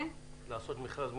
לעשות מכרז מותלה?